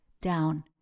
down